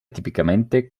tipicamente